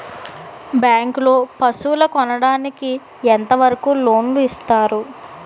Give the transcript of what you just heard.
Bank లో పశువుల కొనడానికి ఎంత వరకు లోన్ లు ఇస్తారు?